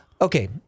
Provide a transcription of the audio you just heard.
okay